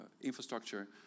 infrastructure